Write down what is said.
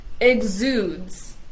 exudes